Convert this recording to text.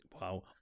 Wow